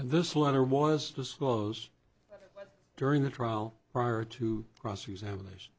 this letter was this was during the trial prior to cross examination